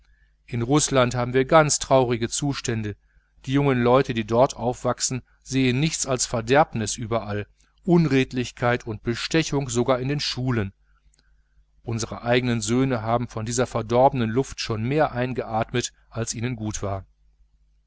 in rußland haben wir ganz traurige zustände die jungen leute die dort aufwachsen sehen nichts als verderbnis überall unredlichkeit und bestechung sogar schon in den schulen unsere eigenen söhne haben von dieser verdorbenen luft schon mehr eingeatmet als ihnen gut war